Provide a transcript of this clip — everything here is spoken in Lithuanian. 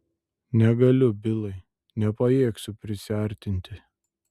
negaliu bilai nepajėgsiu prisiartinti